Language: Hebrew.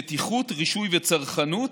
בטיחות, רישוי וצרכנות,